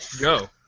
go